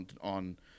on –